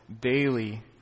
daily